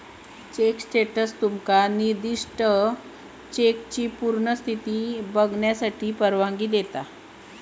check status तुम्हाला निर्दिष्ट चेकची पूर्ण स्थिती पाहण्याची परवानगी देते